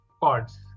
Pods